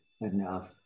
enough